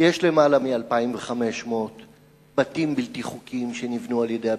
יש יותר מ-2,500 בתים בלתי חוקיים שבנו הבדואים.